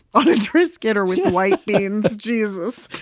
on a triscuit or with white beans. jesus.